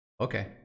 Okay